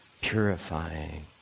purifying